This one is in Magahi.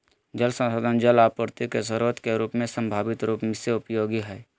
जल संसाधन जल आपूर्ति के स्रोत के रूप में संभावित रूप से उपयोगी हइ